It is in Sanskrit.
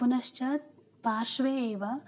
पुनश्च पार्श्वे एव